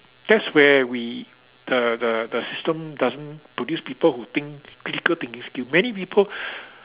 that's where we the the the system doesn't produce people who think critical thinking skill many people